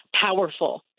powerful